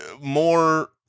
more